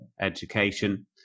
education